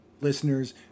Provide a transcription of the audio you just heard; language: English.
listeners